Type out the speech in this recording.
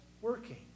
working